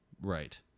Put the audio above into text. right